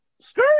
skirt